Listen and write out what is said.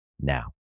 now